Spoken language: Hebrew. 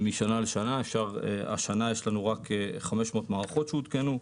השנה יש לנו רק 500 מערכות שהותקנו.